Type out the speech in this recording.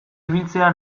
ibiltzea